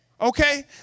Okay